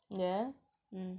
yeah mm